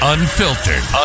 Unfiltered